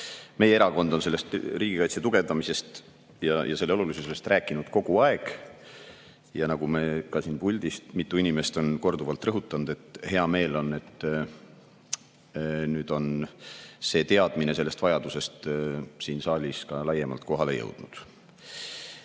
Meie erakond on riigikaitse tugevdamisest ja selle olulisusest rääkinud kogu aeg. Ka siit puldist on mitu inimest korduvalt rõhutanud, et on hea meel, et nüüd on see teadmine sellest vajadusest siin saalis ka laiemalt kohale jõudnud.